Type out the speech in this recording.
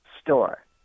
store